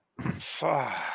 Fuck